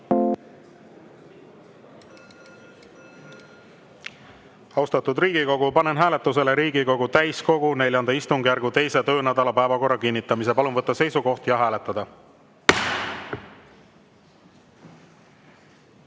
Austatud Riigikogu, panen hääletusele Riigikogu täiskogu IV istungjärgu 2. töönädala päevakorra kinnitamise. Palun võtta seisukoht ja hääletada!